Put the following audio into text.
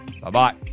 Bye-bye